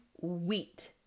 wheat